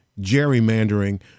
gerrymandering